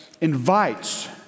invites